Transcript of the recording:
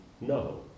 no